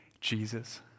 Jesus